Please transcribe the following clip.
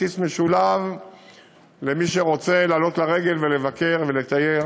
כרטיס משולב למי שרוצה לעלות לרגל ולבקר ולתייר